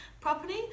property